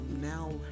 now